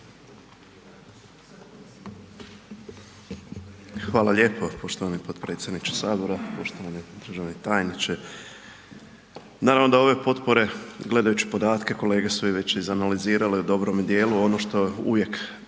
Hvala lijepo poštovani potpredsjedniče Sabora. Poštovani državni tajniče. Naravno da ove potpore, gledajući podatke, kolege su je već analizirale u dobrome dijelu, ono što uvijek